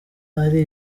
ari